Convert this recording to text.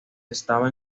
estaba